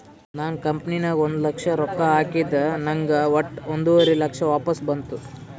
ನಾ ಕಂಪನಿ ನಾಗ್ ಒಂದ್ ಲಕ್ಷ ರೊಕ್ಕಾ ಹಾಕಿದ ನಂಗ್ ವಟ್ಟ ಒಂದುವರಿ ಲಕ್ಷ ವಾಪಸ್ ಬಂತು